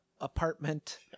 apartment